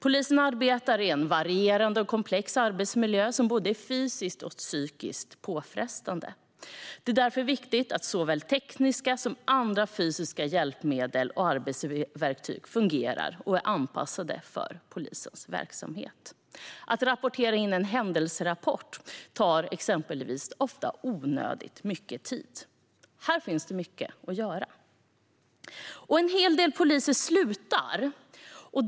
Polisen arbetar i en varierande och komplex arbetsmiljö som är både fysiskt och psykiskt påfrestande. Det är därför viktigt att såväl tekniska som andra fysiska hjälpmedel och arbetsverktyg fungerar och är anpassade för polisens verksamhet. Att exempelvis rapportera in en händelserapport tar ofta onödigt mycket tid. Här finns det mycket att göra. Det är också en hel del poliser som slutar.